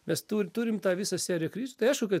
mes tu turim tą visą seriją krizių tai aišku kad